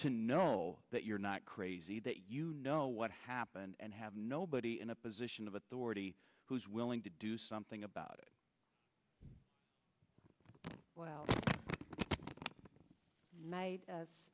to know that you're not crazy that you know what happened and have nobody in a position of authority who's willing to do something about it well